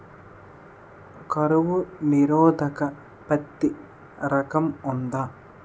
కరువు నిరోధక పత్తి రకం ఉందా?